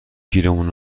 گیرمون